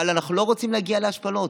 ואנחנו לא רוצים להגיע להשפלות,